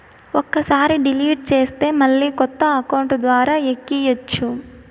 ఒక్కసారి డిలీట్ చేస్తే మళ్ళీ కొత్త అకౌంట్ ద్వారా ఎక్కియ్యచ్చు